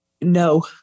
No